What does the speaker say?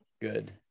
good